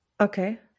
okay